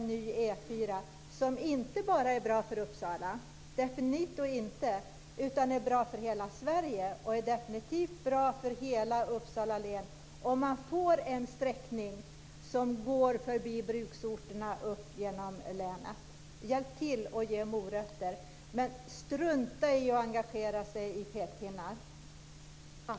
Det är inte bara bra för Uppsala - definitivt inte - utan för hela Sverige. Den är definitivt bra för hela Uppsala län om den får en sträckning förbi bruksorterna upp genom länet. Hjälp till och ge morötter, men strunta i att ge pekpinnar.